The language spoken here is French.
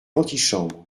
l’antichambre